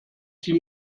sie